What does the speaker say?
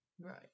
right